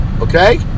Okay